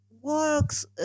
works